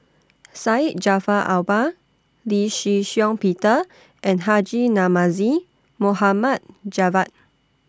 Syed Jaafar Albar Lee Shih Shiong Peter and Haji Namazie Mohamad Javad